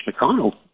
McConnell